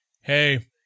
Hey